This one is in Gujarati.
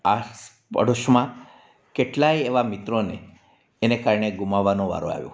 આસ પડોશમાં કેટલાય એવા મિત્રોને એને કારણે ગુમાવવાનો વારો આવ્યો